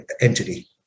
entity